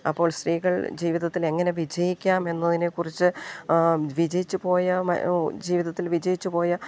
അപ്പോൾ സ്ത്രീകൾ ജീവിതത്തിൽ എങ്ങനെ വിജയിക്കാം എന്നതിനെക്കുറിച്ച് വിജയിച്ചു പോയ ജീവിതത്തിൽ വിജയിച്ചു പോയ